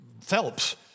Phelps